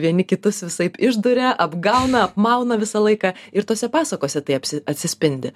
vieni kitus visaip išduria apgauna apmauna visą laiką ir tose pasakose tai apsi atsispindi